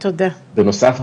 בנוסף,